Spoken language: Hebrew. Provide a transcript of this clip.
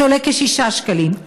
שעולה כ-6 שקלים,